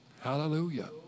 Hallelujah